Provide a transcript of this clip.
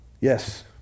Yes